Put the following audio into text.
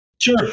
Sure